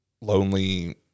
lonely